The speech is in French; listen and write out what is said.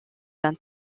d’un